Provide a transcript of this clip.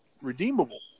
redeemable